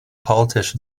politician